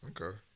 Okay